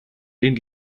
den